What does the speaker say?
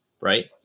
Right